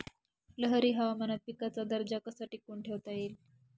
लहरी हवामानात पिकाचा दर्जा कसा टिकवून ठेवता येईल?